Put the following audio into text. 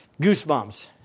Goosebumps